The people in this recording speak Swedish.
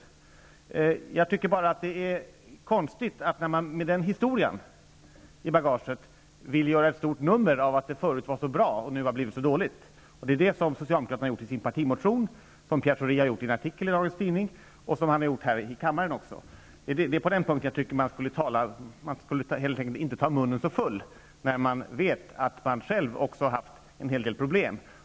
Men jag tycker att det är konstigt att man med den historien i bagaget vill göra ett stort nummer av att det förut var så bra och nu har blivit så dåligt. Detta är vad socialdemokraterna har gjort i sin partimotion, vad Pierre Schori har gjort i en artikel i dagens tidning och vad han också gjorde här i kammaren. Jag menar att man på den punkten inte skulle ta munnen så full, eftersom man vet att man också själv har haft en hel del problem.